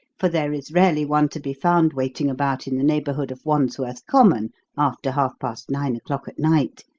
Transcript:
for there is rarely one to be found waiting about in the neighbourhood of wandsworth common after half-past nine o'clock at night,